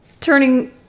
turning